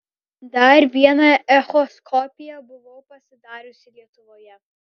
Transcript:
dar vieną echoskopiją buvau pasidariusi lietuvoje